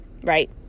right